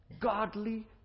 godly